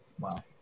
Wow